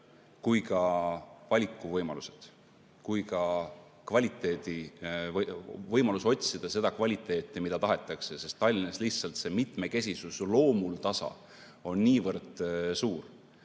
valikuvõimalused kui ka võimalus otsida seda kvaliteeti, mida tahetakse, sest Tallinnas on lihtsalt mitmekesisus loomuldasa niivõrd suur.